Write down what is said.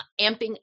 amping